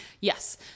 Yes